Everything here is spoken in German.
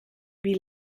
wie